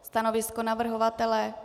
Stanovisko navrhovatele?